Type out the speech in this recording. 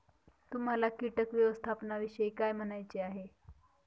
तुम्हाला किटक व्यवस्थापनाविषयी काय म्हणायचे आहे?